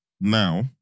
now